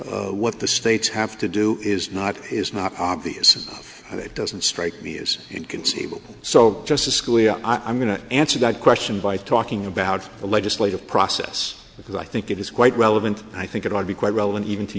that what the states have to do is not is not obvious enough but it doesn't strike me as inconceivable so justice scalia i'm going to answer that question by talking about the legislative process because i think it is quite relevant i think it ought to be quite relevant even to